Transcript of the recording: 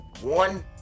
one